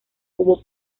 hubo